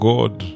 God